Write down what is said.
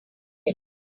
him